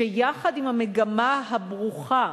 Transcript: שיחד עם המגמה הברוכה